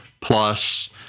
plus